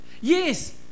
Yes